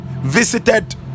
visited